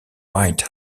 white